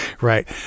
right